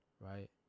Right